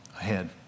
ahead